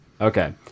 okay